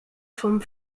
vom